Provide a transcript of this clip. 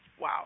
Wow